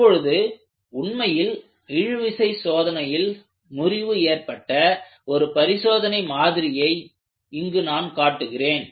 இப்பொழுது உண்மையில் இழுவிசை சோதனையில் முறிவு ஏற்பட்ட ஒரு பரிசோதனை மாதிரியை இங்கு நான் காட்டுகிறேன்